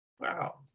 wow